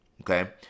Okay